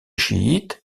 chiites